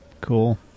cool